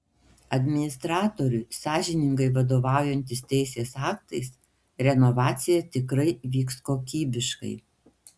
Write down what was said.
administratoriui sąžiningai vadovaujantis teisės aktais renovacija tikrai vyks kokybiškai